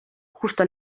justo